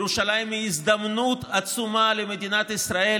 ירושלים היא הזדמנות עצומה למדינת ישראל,